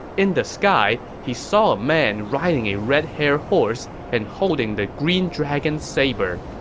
in the sky, he saw a man riding a red hare horse and holding the green dragon saber.